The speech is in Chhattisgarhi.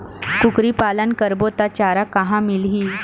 कुकरी पालन करबो त चारा कहां मिलही?